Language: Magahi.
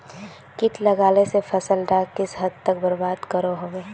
किट लगाले से फसल डाक किस हद तक बर्बाद करो होबे?